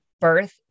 birth